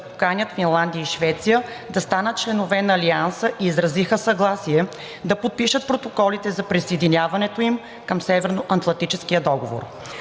поканят Финландия и Швеция да станат членове на Алианса и изразиха съгласие да подпишат протоколите за присъединяването им към Северноатлантическия договор.